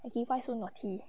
huggie why so naughty